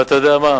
אבל אתה יודע מה?